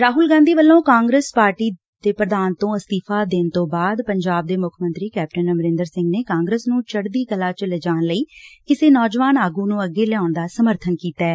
ਰਾਹੁਲ ਗਾਂਧੀ ਵੱਲੋਂ ਕਾਂਗਰਸ ਪਾਰਟੀ ਦੇ ਪ੍ਰਧਾਨ ਤੋਂ ਅਸਤੀਫਾ ਦੇਣ ਤੋਂ ਬਾਅਦ ਪੰਜਾਬ ਦੇ ਮੁੱਖ ਮੰਤਰੀ ਕੈਪਟਨ ਅਮਰਿੰਦਰ ਸਿੰਘ ਨੇ ਕਾਗਰਸ ਨੂੰ ਚੜਦੀ ਕਲਾ ਚ ਲਿਜਾਣ ਲਈ ਕਿਸੇ ਨੌਜਵਾਨ ਆਗੁ ਨੂੰ ਅੱਗੇ ਲਿਆਉਣ ਦਾ ਸਮੱਰਬਨ ਕੀਤੈ